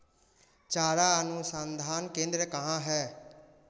चारा अनुसंधान केंद्र कहाँ है?